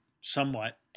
somewhat